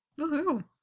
Woohoo